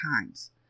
times